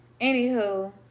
Anywho